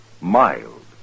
mild